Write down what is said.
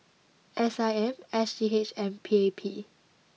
S I M S G H and P A P